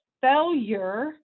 failure